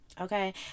Okay